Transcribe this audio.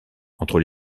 entre